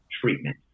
treatment